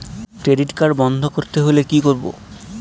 Credit card বন্ধ করতে হলে কি করব?